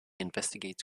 investigates